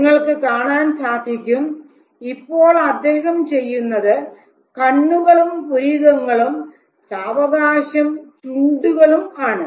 നിങ്ങൾക്ക് കാണാൻ സാധിക്കും ഇപ്പോൾ അദ്ദേഹം ചെയ്യുന്നത് കണ്ണുകളും പുരികങ്ങളും സാവകാശം ചുണ്ടുകളും ആണ്